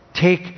Take